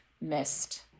missed